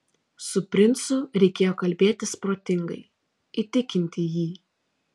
su princu reikėjo kalbėtis protingai įtikinti jį